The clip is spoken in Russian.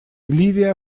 ливия